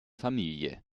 familie